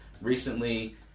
recently